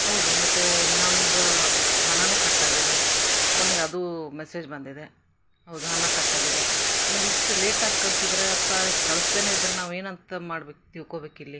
ಹೌದು ಮತ್ತು ನಮ್ಮದು ಹಣನು ಕಟ್ಟಾಗಿದೆ ಫೋನಿಗೆ ಅದು ಮೆಸೇಜ್ ಬಂದಿದೆ ಹೌದು ಹಣ ಕಟ್ಟಾಗಿದೆ ಆಮೇಲೆ ಇಷ್ಟು ಲೇಟಾಗಿ ಕಳಿಸಿದ್ರೆ ಅಥವಾ ಕಳ್ಸ್ದೆನೇ ಇದ್ದರೆ ನಾವು ಏನಂತ ಮಾಡ್ಬೇಕು ತಿಳ್ಕೋಬೇಕು ಇಲ್ಲಿ